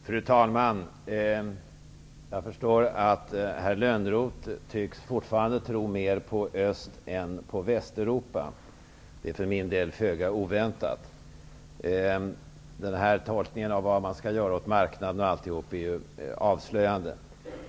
Fru talman! Herr Lönnroth tycks fortfarande tro mer på Öst än på Västeuropa. Det är för min del föga oväntat. Den här tolkningen av vad man skall göra åt marknaden osv. är ju avslöjande.